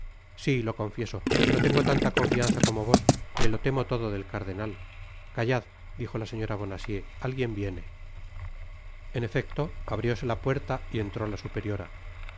si lo confieso no tengo tanta confianca como vos me lo tomo todo de cardenal callad dijo la señora bonacieux alguien viene en efecto abrióse la puerta y entró ta superiora